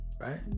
right